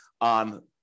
on